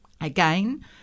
again